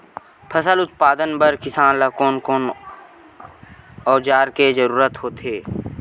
फसल उत्पादन बर किसान ला कोन कोन औजार के जरूरत होथे?